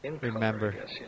Remember